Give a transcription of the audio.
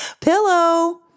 Pillow